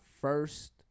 first